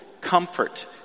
comfort